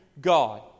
God